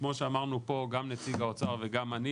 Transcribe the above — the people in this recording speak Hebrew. וכמו שאמרנו פה גם נציג האוצר וגם אני